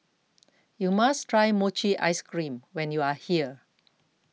you must try Mochi Ice Cream when you are here